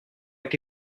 avec